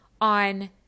on